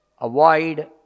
avoid